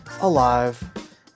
alive